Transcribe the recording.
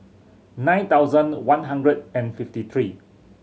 nine thousand one hundred and fifty three